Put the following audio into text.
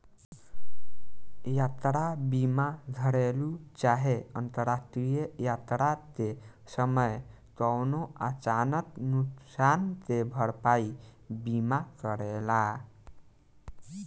यात्रा बीमा घरेलु चाहे अंतरराष्ट्रीय यात्रा के समय कवनो अचानक नुकसान के भरपाई बीमा करेला